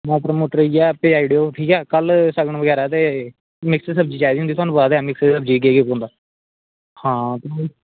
टमाटर मटर बगैरा भेजाई ओड़ेओ ते कल्ल सगन बगैरा मिक्स सब्ज़ी चाहिदी होंदी तुसेंगी पता मिक्स सब्ज़ी च केह् केह् पौंदा आं